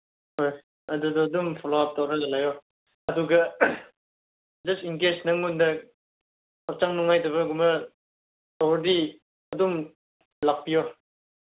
ꯍꯣꯏ ꯑꯗꯨꯗꯣ ꯑꯗꯨ ꯐꯣꯂꯣ ꯇꯧꯔꯒ ꯂꯩꯌꯣ ꯑꯗꯨꯒ ꯖꯁ ꯏꯟ ꯀꯦꯁ ꯅꯪꯉꯣꯟꯗ ꯍꯛꯆꯥꯡ ꯅꯨꯡꯉꯥꯏꯇꯕꯒꯨꯝꯕ ꯇꯧꯔꯗꯤ ꯑꯗꯨꯝ ꯂꯥꯛꯄꯤꯌꯣ